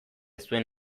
zuen